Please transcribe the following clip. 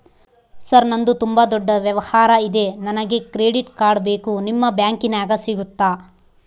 Sir ನಂದು ತುಂಬಾ ದೊಡ್ಡ ವ್ಯವಹಾರ ಇದೆ ನನಗೆ ಕ್ರೆಡಿಟ್ ಕಾರ್ಡ್ ಬೇಕು ನಿಮ್ಮ ಬ್ಯಾಂಕಿನ್ಯಾಗ ಸಿಗುತ್ತಾ?